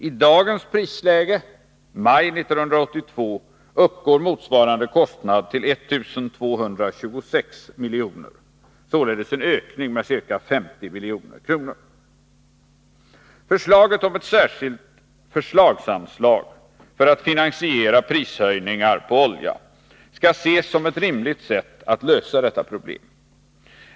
I dagens prisläge, maj 1982, uppgår kostnaden till 1 226 milj.kr., således en ökning med ca 50 milj.kr. Förslaget om ett särskilt förslagsanslag för att finansiera prishöjningar på olja skall ses som ett rimligt sätt att lösa detta problem.